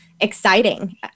Exciting